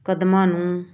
ਕਦਮਾਂ ਨੂੰ